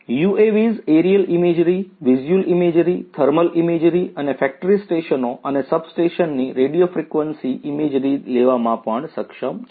UAVs aerial imagery visual imagery thermal imagery અને factory સ્ટેશનો અને સબસ્ટેશનની રેડિયો ફ્રીક્વન્સી ઇમેજરી લેવામાં પણ સક્ષમ છે